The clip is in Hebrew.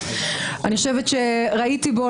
ראיתי בו,